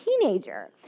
teenager